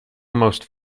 most